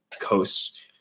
coasts